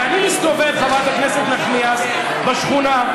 ואני מסתובב, חברת הכנסת נחמיאס, בשכונה,